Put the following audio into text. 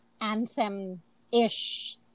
anthem-ish